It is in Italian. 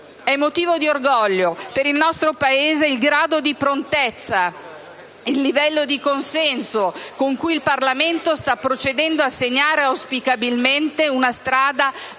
motivo di orgoglio per il nostro Paese il grado di prontezza e il livello di consenso con cui il Parlamento sta procedendo a segnare, auspicabilmente, una strada anche